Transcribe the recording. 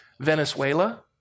Venezuela